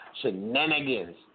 shenanigans